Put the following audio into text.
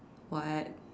what